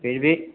फिर भी